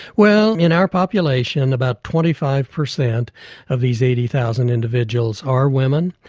well in our population about twenty five percent of these eighty thousand individuals are women.